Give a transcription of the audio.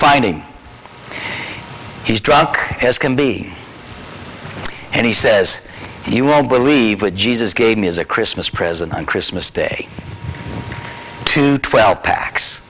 finding he's drunk as can be and he says he won't believe what jesus gave me as a christmas present on christmas day two twelve packs